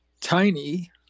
Tiny